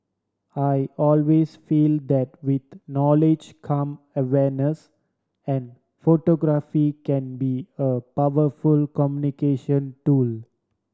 I always feel that with knowledge come awareness and photography can be a powerful communication tool